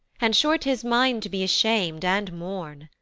and sure tis mine to be asham'd, and mourn.